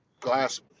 glass